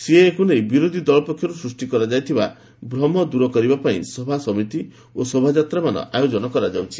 ସିଏଏକୁ ନେଇ ବିରୋଧୀ ଦଳ ପକ୍ଷରୁ ସୃଷ୍ଟି କରାଯାଇଥିବା ଭ୍ରମ ଦୂର କରିବା ପାଇଁ ସଭାସମିତି ଓ ଶୋଭା ଯାତ୍ୱାମାନ ଆୟୋଜନ କରାଯାଉଛି